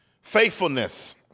faithfulness